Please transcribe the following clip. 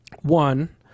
One